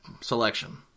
selection